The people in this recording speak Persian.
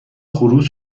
خروس